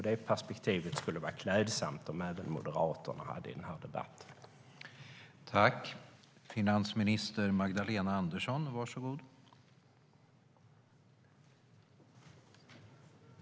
Det perspektivet skulle vara klädsamt om även Moderaterna hade i den här debatten.